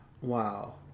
Wow